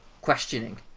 questioning